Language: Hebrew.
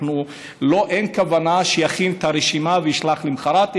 אין כוונה שיכין את הרשימה וישלח למוחרת,